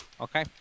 Okay